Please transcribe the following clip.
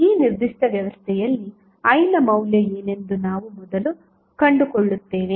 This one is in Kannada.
ಆದ್ದರಿಂದ ಈ ನಿರ್ದಿಷ್ಟ ವ್ಯವಸ್ಥೆಯಲ್ಲಿ I ನ ಮೌಲ್ಯ ಏನೆಂದು ನಾವು ಮೊದಲು ಕಂಡುಕೊಳ್ಳುತ್ತೇವೆ